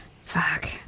fuck